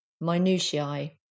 minutiae